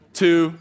two